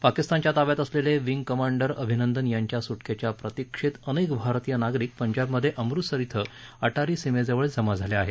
पाकिस्तानच्या ताब्यात असलेले विंग कमांडर अभिनंदन यांच्या सुक्रिच्या प्रतिक्षेत अनेक भारतीय नागरिक पंजाबमधे अमृतसर अत्या अत्यारी सीमेजवळ जमा झाले आहेत